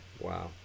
Wow